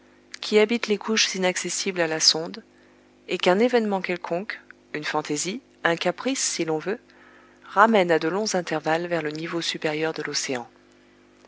qui habitent les couches inaccessibles à la sonde et qu'un événement quelconque une fantaisie un caprice si l'on veut ramène à de longs intervalles vers le niveau supérieur de l'océan